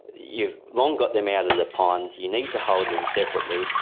you've long got them out of the ponds, you need to hold them separately,